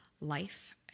life